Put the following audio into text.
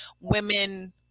women